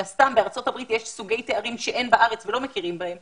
הסתם בארצות הברית יש סוגי תארים שאין בארץ ולא מכירים בהם